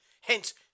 Hence